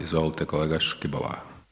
Izvolite kolega Škibola.